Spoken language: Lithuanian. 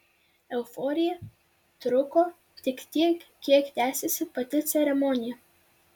euforija truko tik tiek kiek tęsėsi pati ceremonija